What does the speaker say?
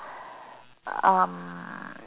um